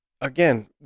again